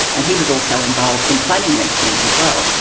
and he was also involved in planning these things as well,